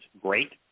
great